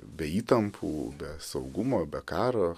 be įtampų be saugumo be karo